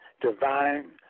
divine